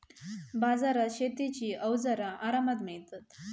बाजारात शेतीची अवजारा आरामात मिळतत